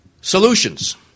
Solutions